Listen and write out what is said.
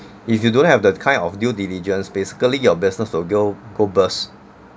if you don't have that kind of due diligence basically your business will go go bust